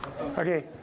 Okay